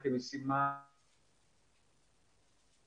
צריך לעשות את זה כאן ועכשיו,